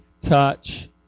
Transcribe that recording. touch